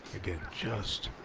again, just